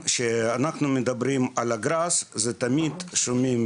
כשמדברים על הגראס, זה תמיד שומעים